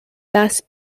thus